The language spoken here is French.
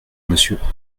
monsieur